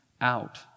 out